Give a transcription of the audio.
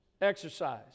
Exercise